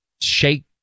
shake